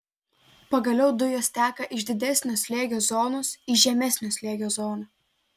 pagaliau dujos teka iš didesnio slėgio zonos į žemesnio slėgio zoną